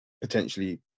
potentially